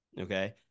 Okay